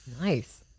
Nice